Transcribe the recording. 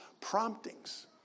promptings